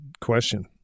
question